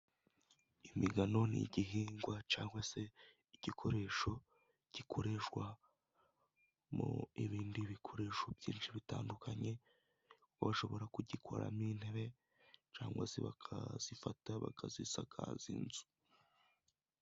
Imigano ni igihingwa cyangwa se igikoresho gikoreshwa mu ibindi bikoresho byinshi bitandukanye, bashobora kugikoramo intebe, cyangwa se bakayifata bakayisakaza inzu.